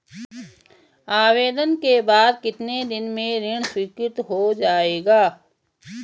आवेदन के बाद कितने दिन में ऋण स्वीकृत हो जाएगा?